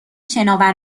شناور